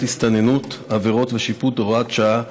הסתננות (עבירות ושיפוט) (הוראת שעה)